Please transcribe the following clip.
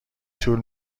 طول